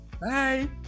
Bye